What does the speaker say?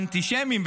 אנטישמים.